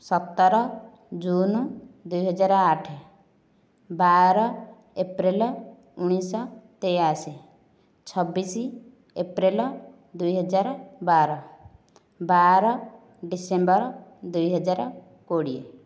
ସତର ଜୁନ୍ ଦୁଇ ହଜାର ଆଠ ବାର ଏପ୍ରିଲ୍ ଉଣେଇଶ ଶହ ତେୟାଅଶୀ ଛବିଶ ଏପ୍ରିଲ୍ ଦୁଇ ହଜାର ବାର ବାର ଡିସେମ୍ବର୍ ଦୁଇ ହଜାର କୋଡ଼ିଏ